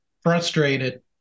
frustrated